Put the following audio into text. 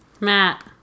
Matt